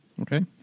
Okay